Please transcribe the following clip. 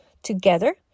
together